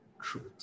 truth